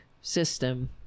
system